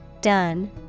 done